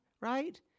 right